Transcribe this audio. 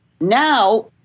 Now